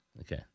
Okay